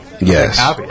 yes